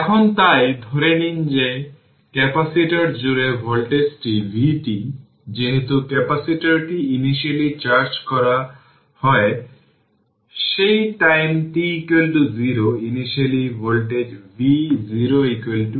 এখন তাই ধরে নিন যে ক্যাপাসিটর জুড়ে ভোল্টেজটি vt যেহেতু ক্যাপাসিটরটি ইনিশিয়ালী চার্জ করা হয় সেই time t 0 initial voltage v0 v0